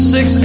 Six